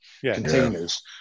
containers